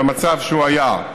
במצב שהוא היה,